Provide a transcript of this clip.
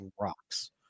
rocks